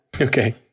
Okay